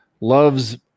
loves